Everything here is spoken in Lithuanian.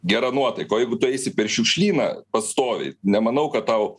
gera nuotaika o jeigu tu eisi per šiukšlyną pastoviai nemanau kad tau